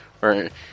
Right